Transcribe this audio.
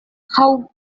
how